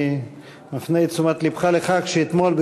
אני מפנה את תשומת לבך לכך שאתמול,